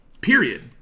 period